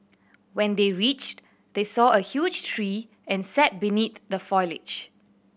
when they reached they saw a huge tree and sat beneath the foliage